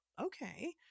okay